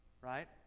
right